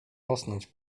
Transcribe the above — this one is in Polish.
rosnąć